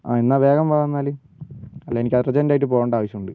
ആ എന്ന വേഗം വാ എന്നാല് അല്ല എനിക്ക് അർജൻറ്റായിട്ട് പോകണ്ട ആവശ്യമുണ്ട്